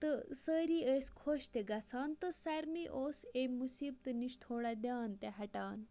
تہٕ سٲری ٲسۍ خۄش تہِ گَژھان تہٕ سارِنٕے اوس امہِ مُصیٖبتہٕ نِش تھوڑا دِیان تہِ ہَٹان